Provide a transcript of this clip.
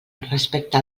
respecte